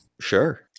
Sure